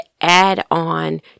add-on